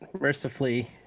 mercifully